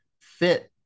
fit